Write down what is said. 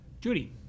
Judy